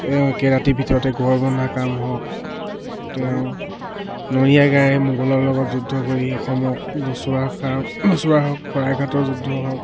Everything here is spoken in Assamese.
তেওঁ একে ৰাতিৰ ভিতৰতে গড় বন্ধা কাম হওক তেওঁ নৰিয়া গাৰে মোগলৰ লগত যুদ্ধ কৰি অসমক বচোৱাই হওক শৰাই ঘাটৰ যুদ্ধ হওক